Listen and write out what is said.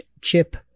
chip